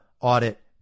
audit